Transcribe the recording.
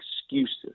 excuses